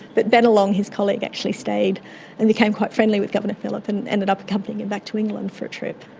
but bennelong, his colleague, actually stayed and became quite friendly with governor phillip and ended up accompanying him back to england for a trip.